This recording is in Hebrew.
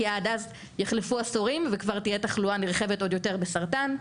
כי עד אז יחלפו עשורים וכבר תהיה תחלואה נרחבת עוד יותר בסרטן.